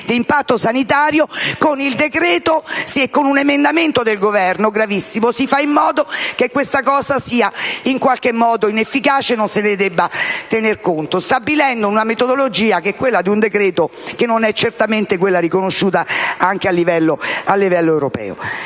d'impatto sanitario), con un emendamento del Governo - gravissimo - si fa in modo che questo sia inefficace e non se ne debba tener conto, stabilendo una metodologia (quella di un decreto-legge) che non è certamente quella riconosciuta anche a livello europeo.